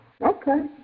Okay